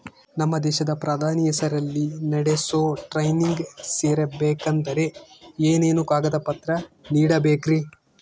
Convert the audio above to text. ನಮ್ಮ ದೇಶದ ಪ್ರಧಾನಿ ಹೆಸರಲ್ಲಿ ನಡೆಸೋ ಟ್ರೈನಿಂಗ್ ಸೇರಬೇಕಂದರೆ ಏನೇನು ಕಾಗದ ಪತ್ರ ನೇಡಬೇಕ್ರಿ?